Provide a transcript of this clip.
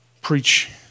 preach